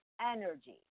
energy